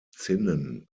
zinnen